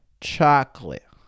chocolate